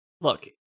Look